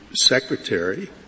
secretary